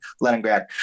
Leningrad